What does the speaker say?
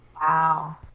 Wow